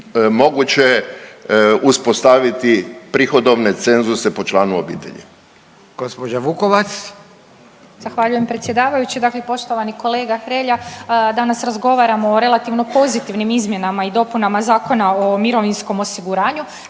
Gospođa Vukovac. **Vukovac, Ružica (Nezavisni)** Zahvaljujem predsjedavajući. Dakle, poštovani kolega Hrelja, danas razgovaramo o relativno pozitivnim izmjenama i dopunama Zakona o mirovinskom osiguranju.